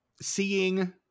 seeing